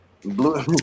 Blue